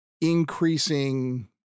increasing